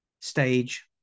stage